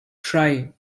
try